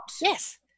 Yes